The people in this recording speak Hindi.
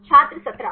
छात्र 17